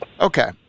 Okay